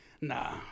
Nah